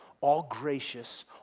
all-gracious